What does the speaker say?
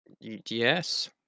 Yes